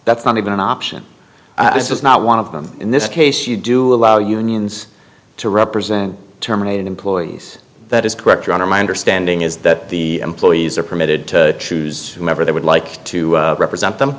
that's not even an option this is not one of them in this case you do allow unions to represent terminated employees that is correct your honor my understanding is that the employees are permitted to choose who ever they would like to represent